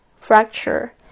fracture